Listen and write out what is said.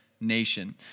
nation